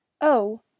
Oh